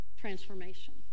transformation